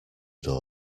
door